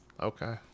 Okay